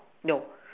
no